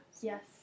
yes